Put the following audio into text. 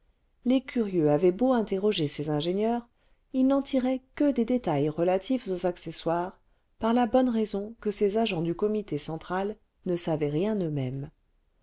les curieux avaient beau interroger ces ingénieurs ils n'en tiraient que des détails relatifs aux accessoires par la bonne raison que ces agents du comité central ne savaient rien eux-mêmes